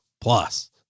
Plus